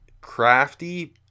crafty